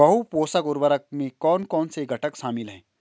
बहु पोषक उर्वरक में कौन कौन से घटक शामिल हैं?